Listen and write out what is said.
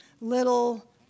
little